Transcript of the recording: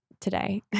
today